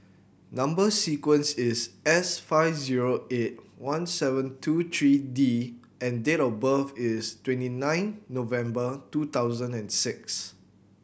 number sequence is S five zero eight one seven two three D and date of birth is twenty nine November two thousand and six